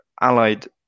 allied